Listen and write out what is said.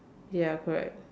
ya correct